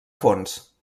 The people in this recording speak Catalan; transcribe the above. fons